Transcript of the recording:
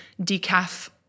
decaf